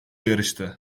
yarıştı